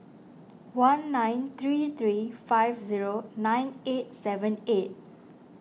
one nine three three five zero nine eight seven eight